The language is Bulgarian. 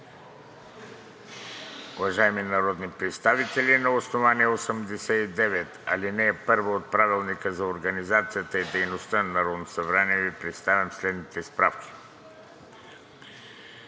Уважаеми народни представители, на основание чл. 89, ал. 1 от Правилника за организацията и дейността на Народното събрание Ви представям следните справки: